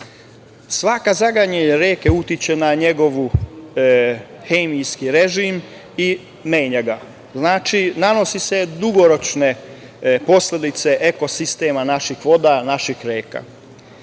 zagađenost reke utiče na njen hemijski režim i menja ga. Znači, nanose se dugoročne posledice ekosistema naših voda, naših reka.